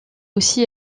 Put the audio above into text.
aussi